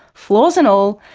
flaws and all,